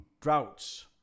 droughts